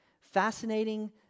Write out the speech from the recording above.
Fascinating